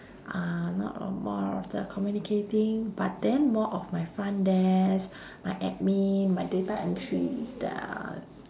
uh not o~ more of the communicating but then more of my front desk my admin my data entry the